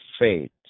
faith